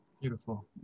Beautiful